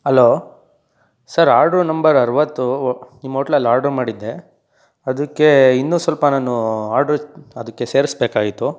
hello sir order number ಅರುವತ್ತು ಒ ನಿಮ್ಮ ಓಟ್ಲಲ್ಲಿ ಆರ್ಡ್ರು ಮಾಡಿದ್ದೆ ಅದಕ್ಕೆ ಇನ್ನೂ ಸ್ವಲ್ಪ ನಾನು ಆರ್ಡ್ರು ಅದಕ್ಕೆ ಸೇರ್ಸ್ಬೇಕಾಗಿತ್ತು